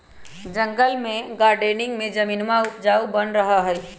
जंगल में गार्डनिंग में जमीनवा उपजाऊ बन रहा हई